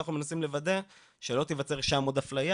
ואנחנו מנסים לוודא שלא תיווצר שם עוד אפליה,